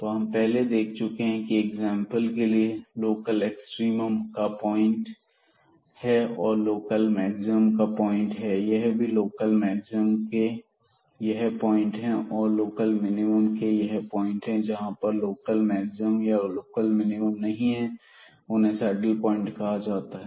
तो हम पहले ही यह देख चुके हैं एग्जांपल के लिए की लोकल एक्सट्रीम ा का पॉइंट और यह लोकल मैक्सिमम का पॉइंट है यहां भी लोकल मैक्सिमम के यह पॉइंट हैं और लोकल मिनिमम के यह पॉइंट है जहां पर लोकल मैक्सिमम या मिनिमम नहीं है उन्हें सैडल प्वाइंट कहा जाता है